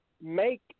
Make